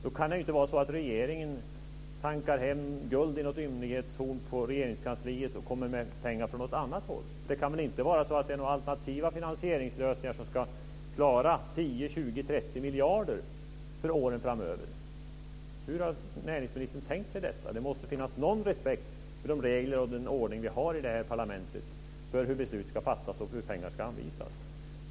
Då kan inte regeringen tanka hem guld i ett ymnighetshorn på Regeringskansliet och lägga fram pengar från något annat håll. Det kan väl inte vara alternativa finansieringslösningar som ska klara 10-30 miljarder för åren framöver? Hur har näringsministern tänkt sig detta? Det måste finns någon respekt för de regler och den ordning vi har i det här parlamentet för hur beslut ska fattas och hur pengar ska anvisas.